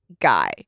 guy